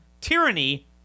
tyranny